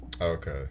okay